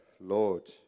Lord